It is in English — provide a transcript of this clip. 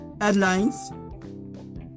headlines